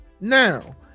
Now